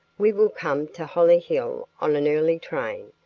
we will come to hollyhill on an early train,